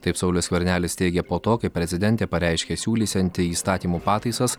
taip saulius skvernelis teigė po to kai prezidentė pareiškė siūlysianti įstatymo pataisas